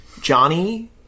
Johnny